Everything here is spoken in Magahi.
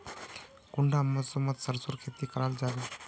कुंडा मौसम मोत सरसों खेती करा जाबे?